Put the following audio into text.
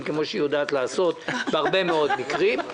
כפי שהיא יודעת לעשות בהרבה מאוד מקרים.